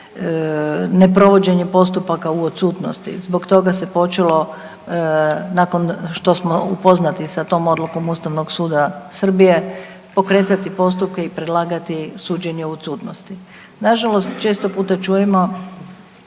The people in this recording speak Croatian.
neprovođenje postupaka u odsutnosti. Zbog toga se počelo nakon što smo upoznati s tom odlukom Ustavnog suda Srbije pokretati postupka i predlagati suđenje u odsutnosti. Nažalost, često puta čujemo